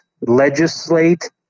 legislate